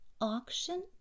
Auction